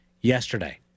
yesterday